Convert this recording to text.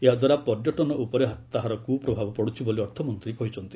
ଏହାଦ୍ୱାରା ପର୍ଯ୍ୟଟନ ଉପରେ ତାହାର କୁପ୍ରଭାବ ପଡୁଛି ବୋଲି ଅର୍ଥମନ୍ତ୍ରୀ କହିଛନ୍ତି